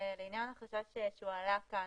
לעניין החשש שהועלה כאן,